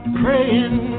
praying